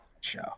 show